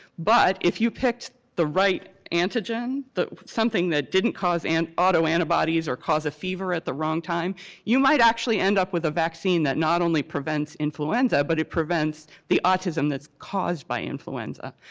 but if you picked the right antigen, something that didn't cause and auto antibodies or cause a fever at the wrong time you might actually end up with a vaccine that not only prevents influenza but it prevents the autism that's caused by influenza.